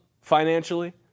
financially